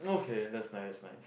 okay that's nice nice